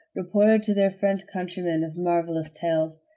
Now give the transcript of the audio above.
reported to their french countrymen marvelous tales.